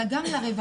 אלא גם לרווחה.